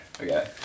okay